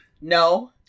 No